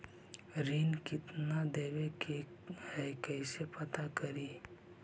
ऋण कितना देवे के है कैसे पता करी?